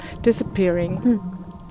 disappearing